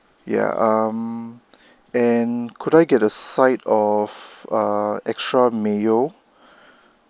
yeah um and could I get a side of err extra mayo